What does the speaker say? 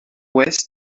ouest